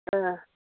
ओह